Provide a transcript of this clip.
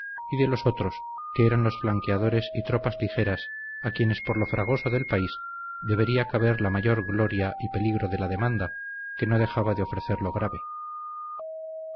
y de los otros que eran los flanqueadores y tropas ligeras a quienes por lo fragoso del país debería caber la mayor gloria y peligro de la demanda que no dejaba de ofrecerlo grave